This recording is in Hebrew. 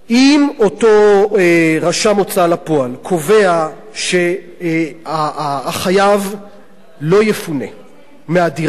אם אותו רשם הוצאה לפועל קובע שהחייב לא יפונה מהדירה,